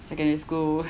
secondary school